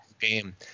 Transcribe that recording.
game